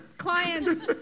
Clients